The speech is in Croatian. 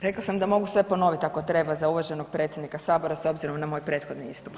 Rekla sam da mogu sve ponovit ako treba za uvaženog predsjednika Sabora s obzirom na moj prethodni istup.